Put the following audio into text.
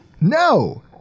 No